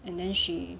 and then she